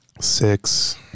Six